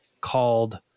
called